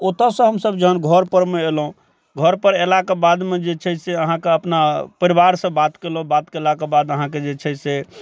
ओतऽसँ हमसब जहन घरपर मे अयलहुँ घरपर अयलाके बादमे जे छै से अहाँके अपना परिवारसँ बात कयलहुँ बात कयलाके बाद अहाँके जे छै से